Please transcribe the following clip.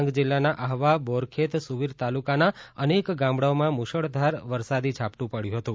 ડાંગ જિલ્લાના આહવા બોરખાા સુબીર તાલુકાના અનાક ગામડાંઓમાં મૂશળધાર વરસાદી ઝાપટું પડ્યું હતું